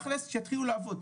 תכלס שיתחילו לעבוד,